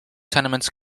tenements